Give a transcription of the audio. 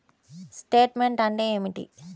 Statement అంటే ఏమిటి?